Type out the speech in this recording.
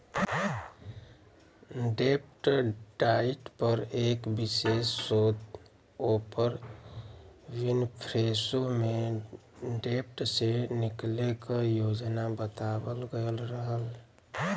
डेब्ट डाइट पर एक विशेष शोध ओपर विनफ्रेशो में डेब्ट से निकले क योजना बतावल गयल रहल